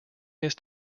his